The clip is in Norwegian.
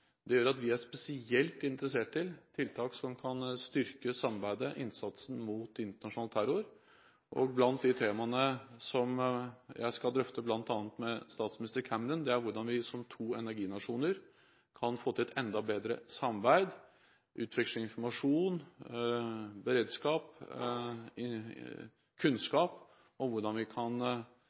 Det gjør at vi er spesielt interessert i tiltak som kan styrke samarbeidet og innsatsen mot internasjonal terror. Blant de temaene som jeg skal drøfte bl.a. med statsminister Cameron, er hvordan vi som to energinasjoner kan få til et enda bedre samarbeid, utveksle informasjon, beredskap og kunnskap om hvordan vi kan